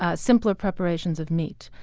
ah simpler preparations of meat.